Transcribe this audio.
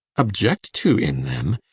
object to in them?